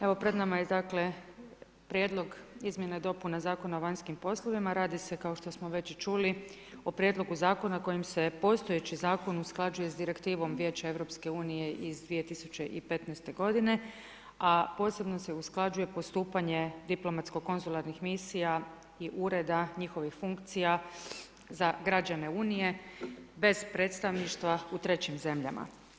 Evo pred nama je Prijedlog izmjenama i dopunama Zakona o vanjskim poslovima, radi se kao što smo već čuli, o prijedlogu zakona kojim se postojeći zakon usklađuje sa direktivom Vijeća EU iz 2015. g. a posebno se usklađuje postupanje diplomatskog konzularnih misija i ureda njihovih funkcija za građane Unije, bez predstavništva u trećim zemljama.